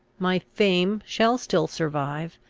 my fame shall still survive.